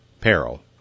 peril